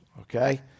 okay